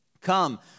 Come